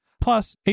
Plus